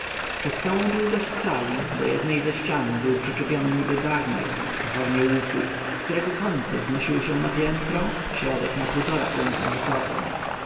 przez całą długość sali do jednej ze ścian był przyczepiony niby ganek w formie łuku którego końce wznosiły się na piętro środek na półtora piętra wysoko